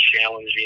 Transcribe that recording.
challenging